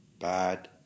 bad